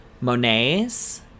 Monet's